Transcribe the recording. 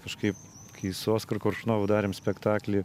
kažkaip kai su oskaru koršunovu darėm spektaklį